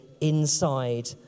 inside